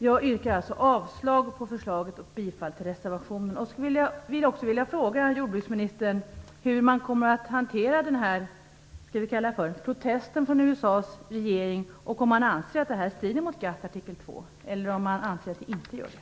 Jag yrkar alltså avslag på förslaget och bifall till reservationen. Jag vill också fråga jordbruksministern hur man kommer att hantera den här protesten, om vi kallar den så, från USA:s regering. Anser man att det här strider mot artikel 2 i GATT?